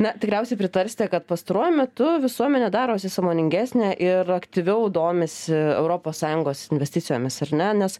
na tikriausiai pritarsite kad pastaruoju metu visuomenė darosi sąmoningesnė ir aktyviau domisi europos sąjungos investicijomis ar ne nes